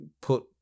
put